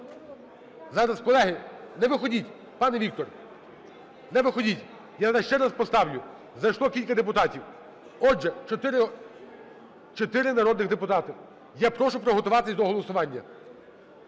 Зараз, колеги, не виходіть, пане Віктор, не виходіть. Я зараз ще раз поставлю, зайшло кілька депутатів. Отже, 4 народних депутати. Я прошу приготуватися до голосування.